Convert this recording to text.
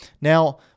Now